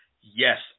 yes